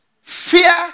Fear